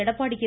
Edappadi K